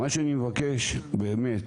מה שאני מבקש באמת,